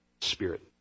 Spirit